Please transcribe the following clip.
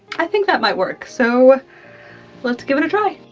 i think that might work, so let's give it a try.